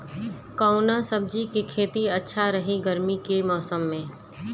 कवना सब्जी के खेती अच्छा रही गर्मी के मौसम में?